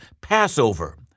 Passover